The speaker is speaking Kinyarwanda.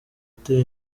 utera